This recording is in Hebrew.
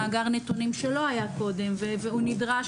מאגר נתונים שלא היה קודם והוא נדרש